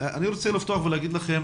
אני רוצה לפתוח ולהגיד לכם